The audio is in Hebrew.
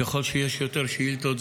ככל שיש יותר שאילתות,